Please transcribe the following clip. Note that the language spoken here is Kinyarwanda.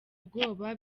ubwoba